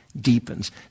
deepens